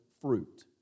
fruit